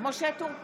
משה טור פז,